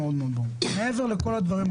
מעבר לכל הדברים,